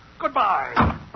Goodbye